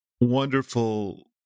wonderful